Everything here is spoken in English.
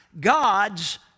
God's